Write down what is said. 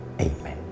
Amen